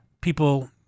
people